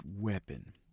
weapon